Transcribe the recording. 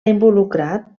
involucrat